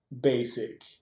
basic